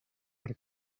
per